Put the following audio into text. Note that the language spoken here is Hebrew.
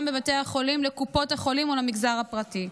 בבתי החולים לקופות החולים או למגזר הפרטי.